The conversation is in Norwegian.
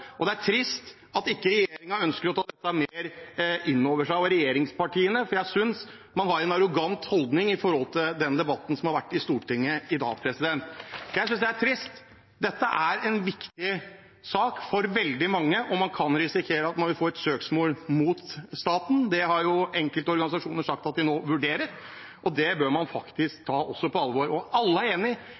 og det er trist at ikke regjeringen ønsker å ta dette mer inn over seg – og regjeringspartiene, for jeg synes man har en arrogant holdning i den debatten som har vært i Stortinget i dag. Jeg synes det er trist. Dette er en viktig sak for veldig mange, og man kan risikere at man vil få et søksmål mot staten. Det har enkelte organisasjoner sagt at de nå vurderer, og det bør man faktisk også ta på alvor. Og alle er enig: